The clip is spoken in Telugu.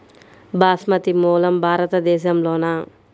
బాస్మతి మూలం భారతదేశంలోనా?